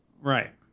Right